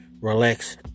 relax